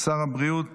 שר הבריאות